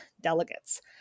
delegates